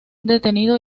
detenido